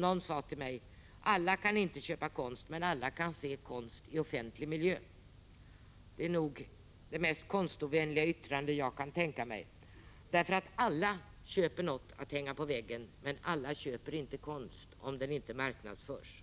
Någon sade till mig: Alla kan inte köpa konst, men alla kan se konst i offentlig miljö. Det är nog det mest konstovänliga yttrande jag kan tänka mig, därför att alla köper något att hänga på väggen, men alla köper inte konst om den inte marknadsförs.